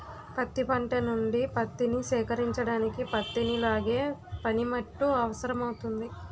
పత్తి పంట నుండి పత్తిని సేకరించడానికి పత్తిని లాగే పనిముట్టు అవసరమౌతుంది